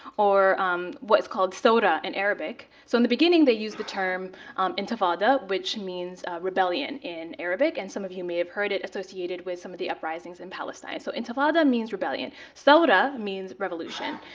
or um what's called so but in arabic. so in the beginning, they use the term intifada, which means rebellion in arabic. and some of you may have heard it associated with some of the uprisings in palestine. so intifada means rebellion. so but means revolution.